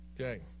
Okay